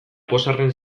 pozarren